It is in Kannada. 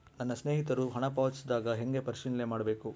ನನ್ನ ಸ್ನೇಹಿತರು ಹಣ ಪಾವತಿಸಿದಾಗ ಹೆಂಗ ಪರಿಶೇಲನೆ ಮಾಡಬೇಕು?